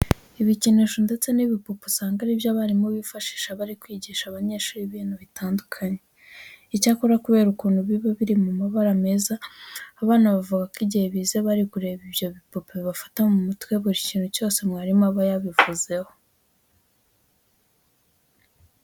Ibikinisho ndetse n'ibipupe usanga ari byo abarimu bifashisha bari kwigisha abanyeshuri ibintu bitandukanye. Icyakora kubera ukuntu biba biri mu mabara meza, abana bavuga ko igihe bize bari kureba ibyo bipupe bafata mu mutwe buri kintu cyose mwarimu aba yabivuzeho.